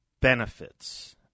benefits